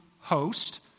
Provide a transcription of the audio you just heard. host